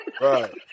Right